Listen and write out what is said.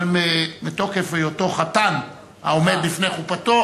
אבל מתוקף היותו חתן העומד בפני חופתו,